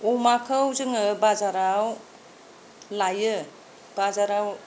अमाखौ जोङो बाजाराव लायो बाजाराव